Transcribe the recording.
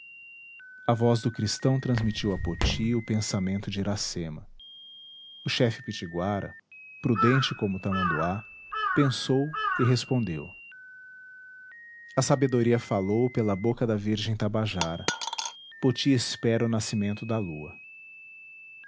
a voz do cristão transmitiu a poti o pensamento de iracema o chefe pitiguara prudente como o tamanduá pensou e respondeu a sabedoria falou pela boca da virgem tabajara poti espera o nascimento da lua